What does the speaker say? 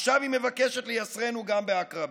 עכשיו היא מבקשת לייסרנו גם בעקרבים,